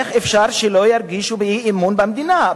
איך אפשר שלא ירגישו אי-אמון במדינה,